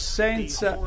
senza